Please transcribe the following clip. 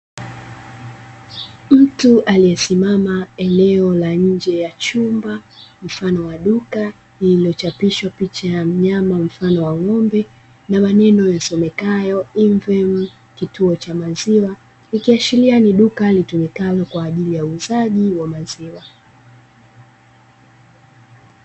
Mtu aliyesimama eneo la nje ya chumba mfano wa duka, lililochapishwa picha ya mnyama mfano wa ng'ombe na maneno yasomekayo "Invems kituo cha maziwa". Ikiashiria ni duka litumikalo kwa ajili ya uuzaji wa maziwa.